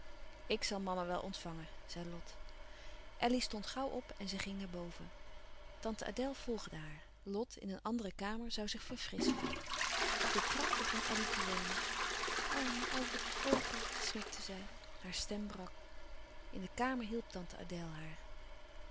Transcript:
zal mama wel ontvangen zei lot elly stond gauw op en zij ging naar boven tante adèle volgde louis couperus van oude menschen de dingen die voorbij gaan haar lot in een andere kamer zoû zich verfrisschen op de trap begon elly te weenen arme oude opa snikte zij haar stem brak in de kamer hielp tante adèle haar